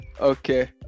Okay